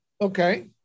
Okay